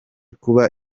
kuba